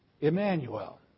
Emmanuel